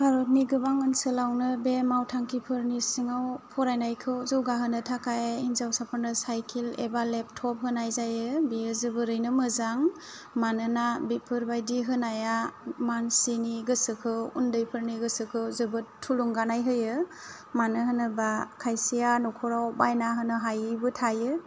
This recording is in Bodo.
भारोतनि गोबां ओनसोलावनो बे मावथांखिफोरनि सिङाव फरायनायखौ जौगाहोनो थाखाय हिनजावसाफोरनो साइकेल एबा लेपटप होनाय जायो बेयो जोबोरैनो मोजां मानोना बेफोरबायदि होनाया मानसिनि गोसोखौ उन्दैफोरनि गोसोखौ जोबोद थुलुंगानाय होयो मानो होनोबा खायसेया नखराव बायनानहोनो हायै बो थायो